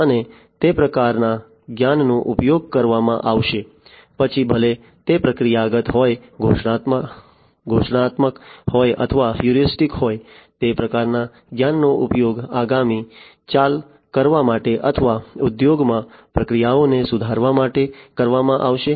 અને તે પ્રકારના જ્ઞાનનો ઉપયોગ કરવામાં આવશે પછી ભલે તે પ્રક્રિયાગત હોય ઘોષણાત્મક હોય અથવા હ્યુરિસ્ટિક હોય તે પ્રકારના જ્ઞાનનો ઉપયોગ આગામી ચાલ કરવા માટે અથવા ઉદ્યોગોમાં પ્રક્રિયાઓને સુધારવા માટે કરવામાં આવશે